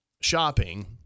shopping